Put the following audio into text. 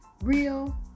Real